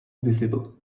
visible